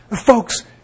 Folks